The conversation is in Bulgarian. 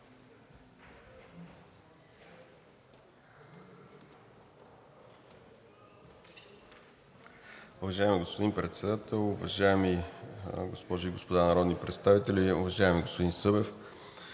Уважаеми господин Председател, уважаеми дами и господа народни представители! Уважаеми господин Ганев,